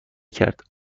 کرد